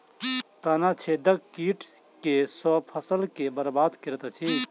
तना छेदक कीट केँ सँ फसल केँ बरबाद करैत अछि?